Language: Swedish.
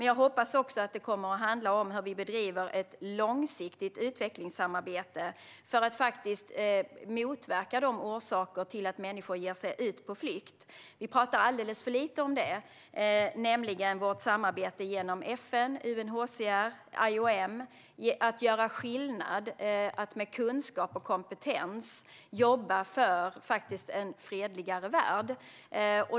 Jag hoppas också att det kommer att handla om hur vi bedriver ett långsiktigt utvecklingssamarbete för att motverka orsakerna till att människor ger sig ut på flykt. Vi talar alldeles för lite om detta. Genom vårt samarbete med FN, UNHCR och IOM gör vi skillnad när vi med kunskap och kompetens jobbar för en fredligare värld.